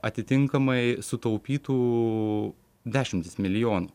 atitinkamai sutaupytų dešimtis milijonų